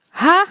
!huh!